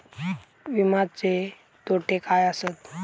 विमाचे तोटे काय आसत?